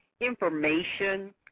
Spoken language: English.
information